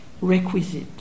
requisite